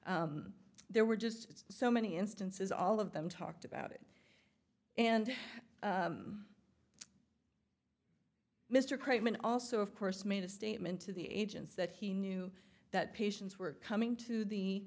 there were just so many instances all of them talked about it and mr craven also of course made a statement to the agents that he knew that patients were coming to the